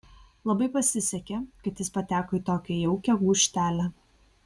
labai pasisekė kad jis pateko į tokią jaukią gūžtelę